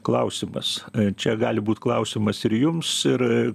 klausimas čia gali būt klausimas ir jums ir